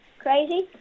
crazy